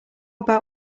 about